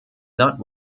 not